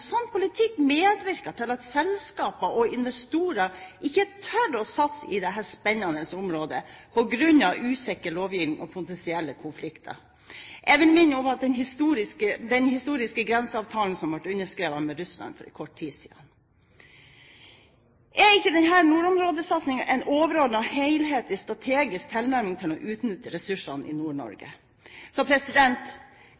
politikk medvirker til at selskaper og investorer ikke tør å satse i dette spennende området på grunn av usikker lovgivning og potensielle konflikter. Jeg vil minne om den historiske grenseavtalen som ble underskrevet med Russland for kort tid siden. Er ikke denne nordområdesatsingen en overordnet, helhetlig og strategisk tilnærming til å utnytte ressursene i